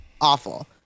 awful